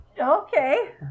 Okay